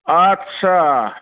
आदसा